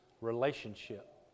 relationship